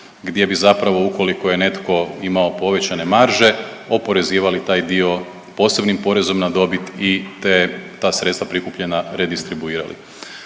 gdje bi zapravo ukoliko je netko imao povećane marže oporezivali taj dio posebnim porezom na dobit i te, ta sredstva prikupljena redistribuirali.